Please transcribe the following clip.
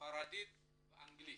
ספרדית ואנגלית.